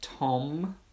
Tom